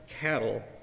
cattle